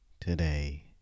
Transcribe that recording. Today